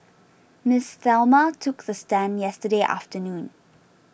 Miss Thelma took the stand yesterday afternoon